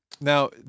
Now